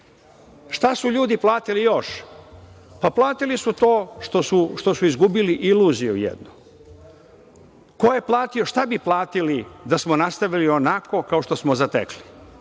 su ljudi platili još? Platili su to što su izgubili iluziju jednu. Ko je platio, šta bi platili da smo nastavili onako kao što smo zatekli?